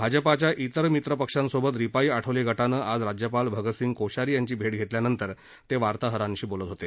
भाजपाच्या इतर मित्रपक्षांसोबत रिपाई आठवले गटानं आज राज्यपाल भगतसिंग कोश्यारी यांची भेट घेतल्यानंतर ते वार्ताहरांशी बोलत होते